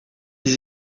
des